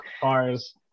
cars